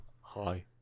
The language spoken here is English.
hi